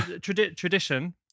tradition